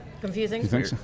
Confusing